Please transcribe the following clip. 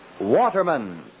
Waterman